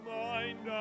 mind